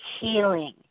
healing